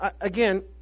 again